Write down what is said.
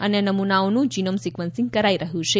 અન્ય નમુનાઓનું genome sequencing કરાઈ રહ્યું છે